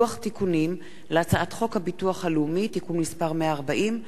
לוח תיקונים להצעת חוק ההוצאה לפועל (תיקון מס' 40),